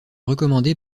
recommandée